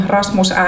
Rasmus